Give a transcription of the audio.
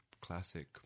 classic